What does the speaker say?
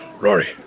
Rory